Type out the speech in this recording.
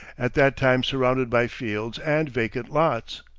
at that time surrounded by fields and vacant lots.